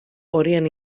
horien